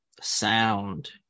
sound